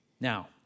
Now